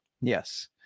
Yes